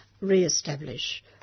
re-establish